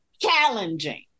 challenging